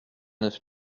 neuf